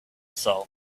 soul